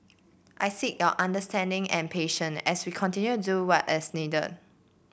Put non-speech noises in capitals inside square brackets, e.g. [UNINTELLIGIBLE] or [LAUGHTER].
I seek your understanding and [UNINTELLIGIBLE] as we continue do what is needed